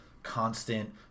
Constant